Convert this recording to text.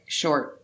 short